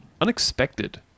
Unexpected